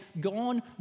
gone